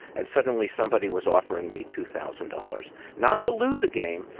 and suddenly somebody was offering me two thousand dollars not to lose a game,